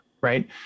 right